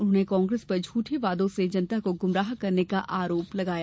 उन्होंने कांग्रेस पर झूठे वादों से जनता को गुमराह करने का आरोप लगाया